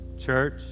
Church